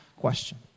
question